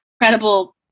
incredible